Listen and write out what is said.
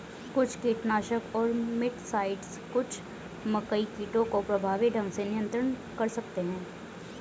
कुछ कीटनाशक और मिटसाइड्स कुछ मकई कीटों को प्रभावी ढंग से नियंत्रित कर सकते हैं